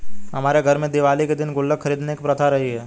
हमारे घर में दिवाली के दिन गुल्लक खरीदने की प्रथा रही है